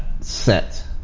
set